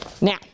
Now